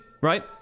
right